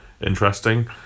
Interesting